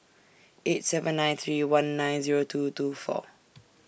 eight seven nine three one nine Zero two two four